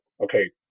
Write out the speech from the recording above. okay